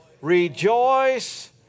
Rejoice